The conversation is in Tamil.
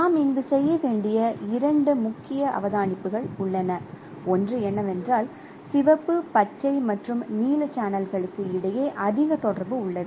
நாம் இங்கு செய்ய வேண்டிய இரண்டு முக்கிய அவதானிப்புகள் உள்ளன ஒன்று என்னவென்றால் சிவப்பு பச்சை மற்றும் நீல சேனல்களுக்கு இடையே அதிக தொடர்பு உள்ளது